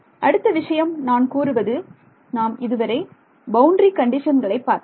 அடுத்த விஷயம் நான் கூறுவது நாம் இதுவரை பவுண்டரி கண்டிஷன்களை பார்த்தோம்